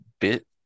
bit